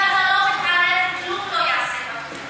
אם אתה לא תתערב, כלום לא ייעשה בתחום.